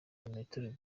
birometero